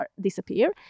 disappear